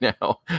now